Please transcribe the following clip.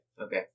okay